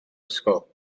ysgol